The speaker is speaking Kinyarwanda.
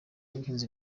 w’ubuhinzi